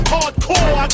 Hardcore